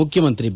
ಮುಖ್ಯಮಂತ್ರಿ ಬಿ